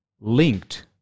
linked